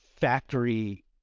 factory